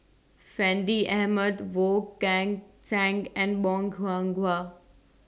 Fandi Ahmad Wong Kan Seng and Bong Hiong Hwa